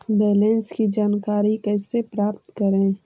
Balance की जानकारी कैसे प्राप्त करे?